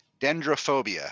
Dendrophobia